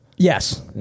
Yes